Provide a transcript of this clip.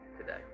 today